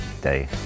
day